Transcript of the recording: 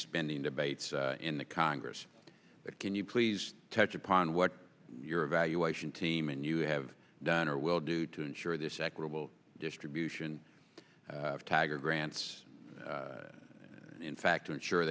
spending debates in the congress can you please touch upon what your evaluation team and you have done or will do to ensure this equitable distribution of tagore grants in fact i'm sure